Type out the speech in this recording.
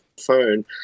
phone